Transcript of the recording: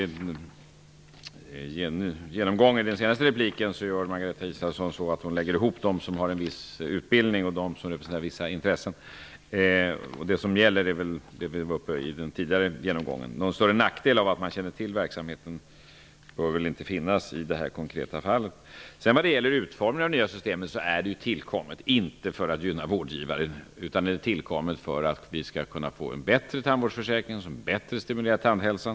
Fru talman! Margareta Israelsson lägger i sin genomgång i den senaste repliken ihop de som har en viss utbildning och de som representerar vissa intressen. Det som gäller är det som sades i den tidigare genomgången. Det är ingen större nackdel att känna till verksamheten i detta konkreta fall. Det nya systemet är inte tillkommet för att gynna vårdgivaren. Det är tillkommet för att det skall kunna bli en bättre tandvårdsförsäkring som bättre stimulerar till tandhälsa.